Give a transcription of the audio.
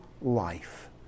life